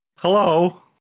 Hello